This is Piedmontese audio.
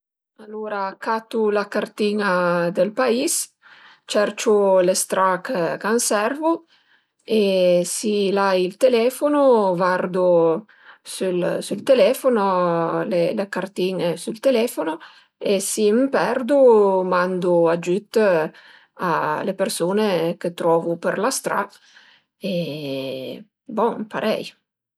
Alura catu la cartin-a dël pais, cerciu le stra ch'a m'servu e si l'ai ël telefono vardu sül sül telefono le cartin-e sül telefono e si m'perdu o mandu agiüt a le persun-e chë trovu për la stra e bon parei